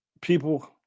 people